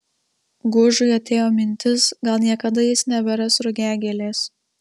gužui atėjo mintis gal niekada jis neberas rugiagėlės